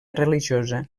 religiosa